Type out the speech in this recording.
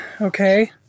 Okay